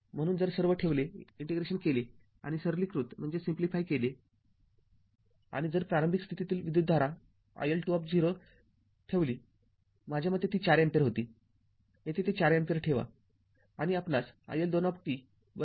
म्ह्णून जर सर्व ठेवले इंटिग्रेशन केले आणि सरलीकृत केले आणि जर प्रारंभिक स्थितीतील विद्युतधारा iL२० ठेवली माझ्या मते ती ४ अँपिअर होती येथे ते ४ अँपिअर ठेवा आणि आपणास iL२ १